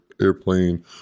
airplane